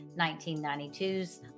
1992's